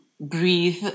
breathe